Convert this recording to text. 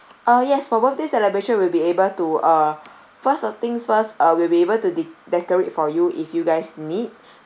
uh yes for birthday celebrations will be able to uh first of things first uh will be able to de~ decorate for you if you guys need